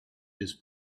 his